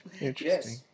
Interesting